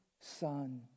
son